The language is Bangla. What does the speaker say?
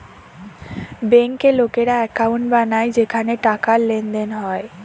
বেঙ্কে লোকেরা একাউন্ট বানায় যেখানে টাকার লেনদেন হয়